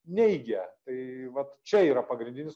neigia tai vat čia yra pagrindinis